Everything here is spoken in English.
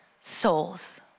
Souls